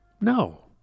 No